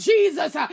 Jesus